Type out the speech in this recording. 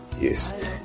Yes